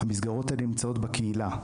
המסגרות האלה נמצאות בקהילה.